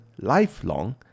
lifelong